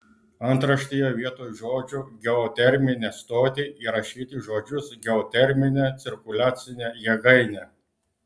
antraštėje vietoj žodžių geoterminę stotį įrašyti žodžius geoterminę cirkuliacinę jėgainę